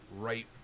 right